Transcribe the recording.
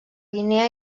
guinea